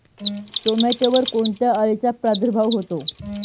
टोमॅटोवर कोणत्या अळीचा प्रादुर्भाव होतो?